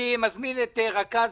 אני מזמין את רכז